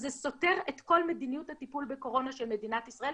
שזה סותר את כל מדיניות הטיפול בקורונה של מדינת ישראל,